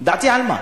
דעתי על מה?